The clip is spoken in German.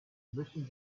müssen